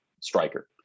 striker